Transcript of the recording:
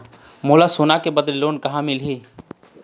मोला सोना के बदले लोन कहां मिलही?